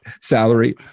salary